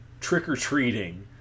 trick-or-treating